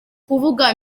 kuvuga